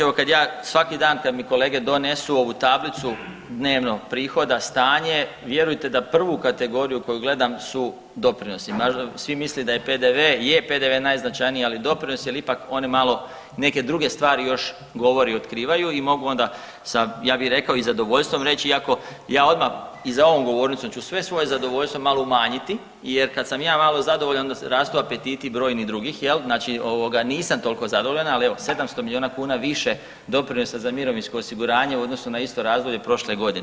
Evo kad ja svaki dan kad mi kolege donesu ovu tablicu dnevno prihoda, stanje, vjerujte da prvu kategoriju koju gledam su doprinosi, mada svi misle da je PDV, je PDV najznačajniji, ali doprinos jel ipak on malo i neke druge stvari još govori i otkrivaju i mogu onda sa ja bi rekao i sa zadovoljstvom reći iako ja odmah i za ovom govornicom ću sve svoje zadovoljstvo malo umanjiti jer kad sam ja malo zadovoljan onda rastu apetiti i brojnih drugih jel, znači ovoga nisam toliko zadovoljan, ali evo 700 milijuna kuna više doprinosa za mirovinsko osiguranje u odnosu na isto razdoblje prošle godine.